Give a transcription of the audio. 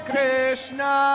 Krishna